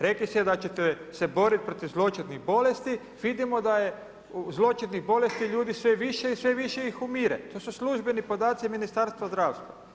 Rekli ste da ćete se boriti protiv zloćudnih bolesti, vidimo da je zloćudnih bolesti, ljudi sve više i sve više ih umire, to su službeni podaci Ministarstva zdravstva.